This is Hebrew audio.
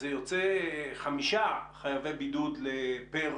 זה יוצא חמישה חייבי בידוד פר